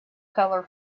colour